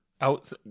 out